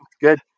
Good